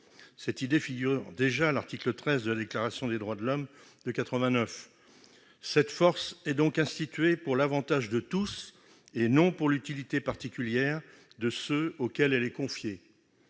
Cette idée figure à l'article XII de la Déclaration des droits de l'homme et du citoyen de 1789 :« cette force est donc instituée pour l'avantage de tous, et non pour l'utilité particulière de ceux auxquels elle est confiée.